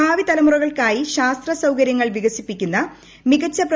ഭാവി തലമുറകൾക്കായി ശാസ്ത്ര സൌകര്യങ്ങൾ വികസിപ്പിക്കുന്ന മികച്ചു